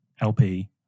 LP